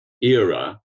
era